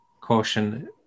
caution